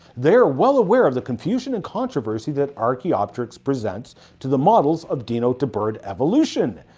they are well aware of the confusion and controversy that archaeopteryx presents to the models of dino to bird evolution.